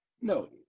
No